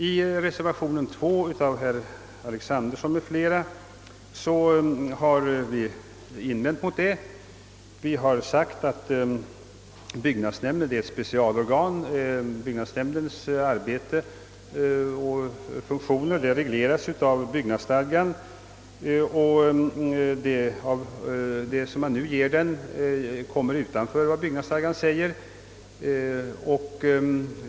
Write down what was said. I reservation II av herr Alexanderson m.fl. har vi gjort invändningar häremot och framhållit att byggnadsnämnden är ett specialorgan. Byggnadsnämndens arbete och funktioner regleras av byggnadsstadgan och det som man nu tillföres faller utanför byggnadsstadgan.